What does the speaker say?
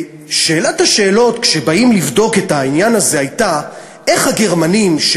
ושאלת השאלות כשבאים לבדוק את העניין הזה הייתה: איך הגרמנים,